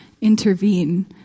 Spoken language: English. intervene